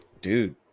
dude